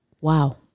Wow